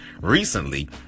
recently